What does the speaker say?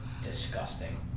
disgusting